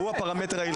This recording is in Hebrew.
הוא הפרמטר ההלכתי.